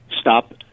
stop